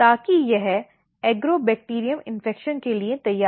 ताकि यह agrobacterium infection के लिए तैयार है